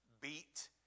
beat